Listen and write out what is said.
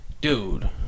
Dude